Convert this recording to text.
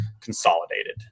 consolidated